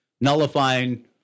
nullifying